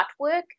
artwork